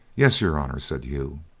yes, your honour, said hugh.